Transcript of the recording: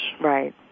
Right